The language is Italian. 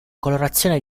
colorazione